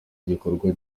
igikorwa